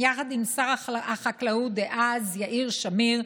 יחד עם שר החקלאות דאז יאיר שמיר,